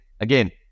again